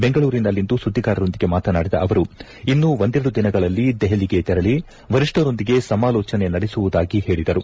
ಬೆಂಗಳೂರಿನಲ್ಲಿಂದು ಸುದ್ದಿಗಾರರೊಂದಿಗೆ ಮಾತನಾಡಿದ ಅವರು ಇನ್ನು ಒಂದೆರಡು ದಿನಗಳಲ್ಲಿ ದೆಹಲಿಗೆ ತೆರಳಿ ವರಿಷ್ಠರೊಂದಿಗೆ ಸಮಾಲೋಜನೆ ನಡೆಸುವುದಾಗಿ ಹೇಳಿದರು